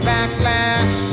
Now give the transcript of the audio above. Backlash